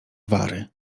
wary